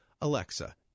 Alexa